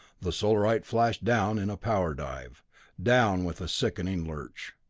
the solarite flashed down in a power dive down with a sickening lurch.